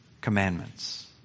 commandments